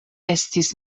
estis